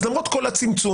אז למרות כל הצמצום,